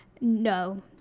no